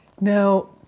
Now